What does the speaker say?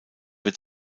wird